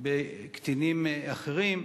בקטינים אחרים.